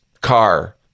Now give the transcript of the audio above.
car